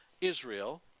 Israel